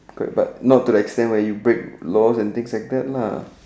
correct but not to the extent where you break laws and things like that lah